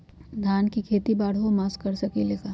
धान के खेती बारहों मास कर सकीले का?